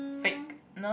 fakeness